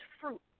fruit